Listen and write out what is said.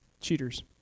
Cheaters